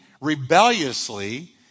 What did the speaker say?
rebelliously